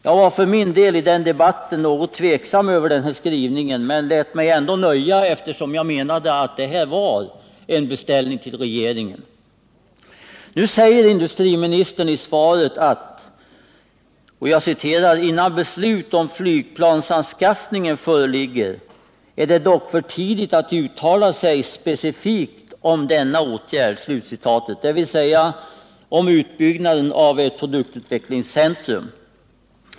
Jag var i den debatten för min del något tveksam över den här skrivningen men lät mig ändå nöja med den, eftersom jag menade att det var en beställning till regeringen. Nu säger industriministern i svaret: ”Innan beslut om flygplansanskaffningen föreligger är det dock för tidigt att uttala sig specifikt om denna åtgärd.” — dvs. om utbyggnaden av ett produktutvecklingscentrum.